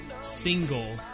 Single